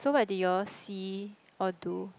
so what did you all see or do